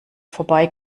vorbei